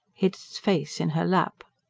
hid its face in her lap.